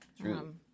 true